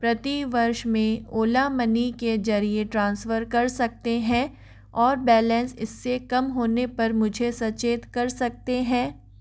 प्रति वर्ष में ओला मनी के जरिए ट्रांसवर कर सकते हैं और बैलेंस इससे कम होने पर मुझे सचेत कर सकते हैं